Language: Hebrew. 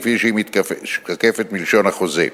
כפי שהיא משתקפת בלשון החוזה.